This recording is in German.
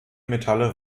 metalle